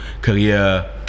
career